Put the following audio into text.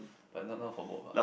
but not not for work ah